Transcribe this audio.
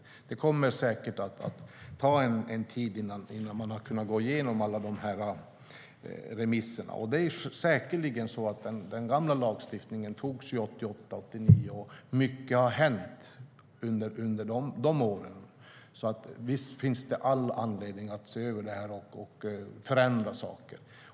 Det kommer säkert att ta en tid innan man har kunnat gå igenom alla remissvaren.< 89, och mycket har hänt sedan dess, så visst finns det all anledning att se över den och förändra saker.